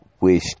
Wish